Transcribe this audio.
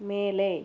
மேலே